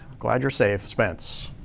glad you're safe spence.